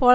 போ